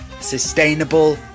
Sustainable